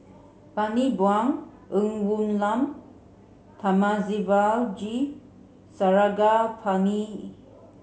Bani Buang Ng Woon Lam Thamizhavel G Sarangapani